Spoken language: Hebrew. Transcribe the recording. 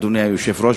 אדוני היושב-ראש,